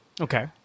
Okay